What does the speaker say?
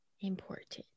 important